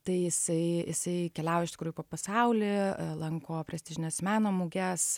tai jisai jisai keliauja iš tikrųjų po pasaulį lanko prestižines meno muges